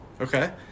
okay